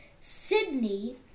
Sydney